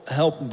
help